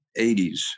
80s